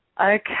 Okay